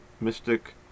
Mystic